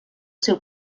seu